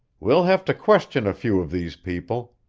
we'll have to question a few of these people.